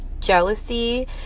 Jealousy